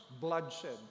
bloodshed